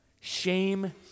Shame